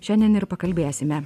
šiandien ir pakalbėsime